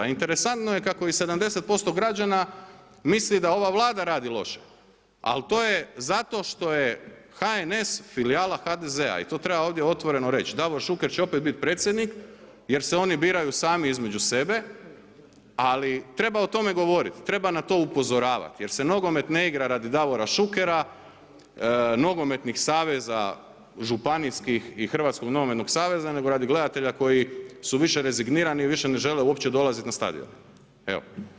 Interesantno je kako ovih 70% građana misli da ova Vlada radi loše ali to je zato što je HNS filijala HDZ-a i to treba ovdje otvoreno reći, Davor Šuker će opet biti predsjednik jer se oni biraju sami između sebe ali treba o tome govoriti, treba na to upozoravati jer se nogomet ne igra radi Davora Šukera, nogometnih saveza županijskih i HNS-a nego radi gledatelja koji su više rezignirani, više uopće ne žele dolazit na stadion, evo.